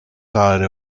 side